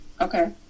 Okay